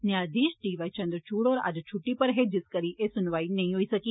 न्यांयधीश D Y Chandrachud होर अज्ज छुट्टी उप्पर हे जिस करी एह् सुनवाई नेई होई सकी